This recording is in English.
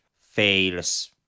fails